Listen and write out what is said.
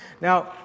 Now